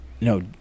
No